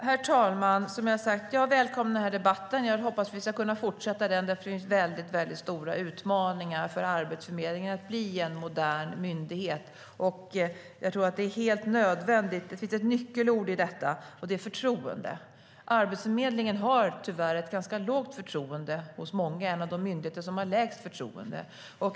Herr talman! Jag välkomnar den här debatten. Jag hoppas att vi ska kunna fortsätta den. Det finns väldigt stora utmaningar för Arbetsförmedlingen att bli en modern myndighet. Det finns ett nyckelord i detta: förtroende. Arbetsförmedlingen har tyvärr ett ganska lågt förtroende hos många. Det är en av de myndigheter som har lägst förtroende.